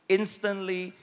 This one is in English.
instantly